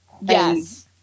Yes